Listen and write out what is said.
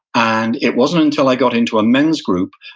and it wasn't until i got into a men's group,